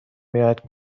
میآید